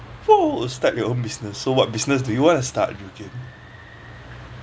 !whoa! start your own business so what business do you wanna start